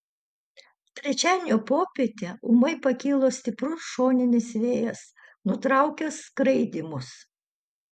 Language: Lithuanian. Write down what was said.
trečiadienio popietę ūmai pakilo stiprus šoninis vėjas nutraukęs skraidymus